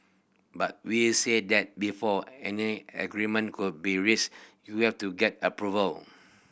but we said that before any agreement could be reached you have to get approval